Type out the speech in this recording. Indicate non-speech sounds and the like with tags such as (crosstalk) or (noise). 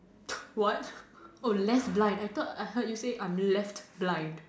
what (noise) oh less blind I thought I heard you say I'm left blind